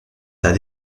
état